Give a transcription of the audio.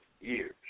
years